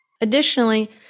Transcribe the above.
Additionally